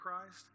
christ